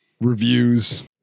reviews